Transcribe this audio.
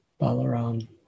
Balaram